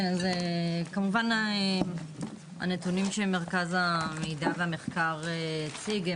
כן אז כמובן הנתונים שמרכז המידע והמחקר הציגו,